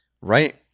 right